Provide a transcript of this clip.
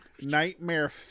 Nightmare